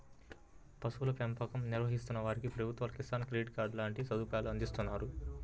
పశువుల పెంపకం నిర్వహిస్తున్న వారికి ప్రభుత్వాలు కిసాన్ క్రెడిట్ కార్డు లాంటి సదుపాయాలను అందిస్తున్నారు